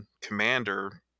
commander